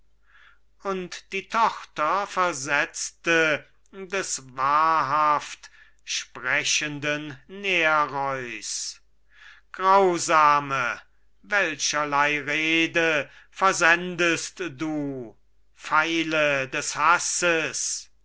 und die tochter versetzte des wahrhaft sprechenden nereus grausame welcherlei rede versendest du pfeile des hasses